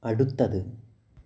അടുത്തത്